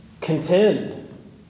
contend